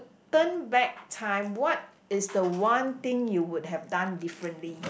turn back time what is the one thing you would have done differently